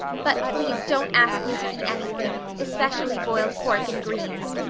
but please don't ask me to eat anything, especially boiled pork and greens.